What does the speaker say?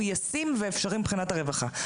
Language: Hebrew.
ישים ואפשרי מבחינת הרווחה?